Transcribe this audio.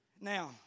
Now